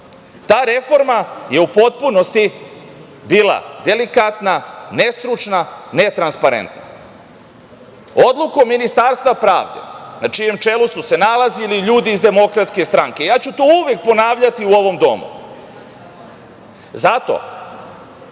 Ta reforma je u potpunosti bila delikatna, nestručna, netransparentna. Odlukom Ministarstva pravde, na čijem čelu su se nalazili ljudi iz DS, to ću uvek ponavljati u ovom domu, zato